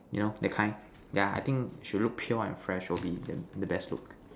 you that kind yeah I think should look pure and fresh will be the the best look